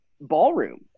ballroom